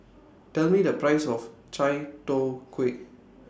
Tell Me The Price of Chai Tow Kuay